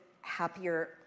happier